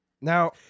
Now